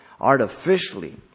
artificially